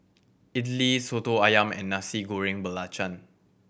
idly Soto Ayam and Nasi Goreng Belacan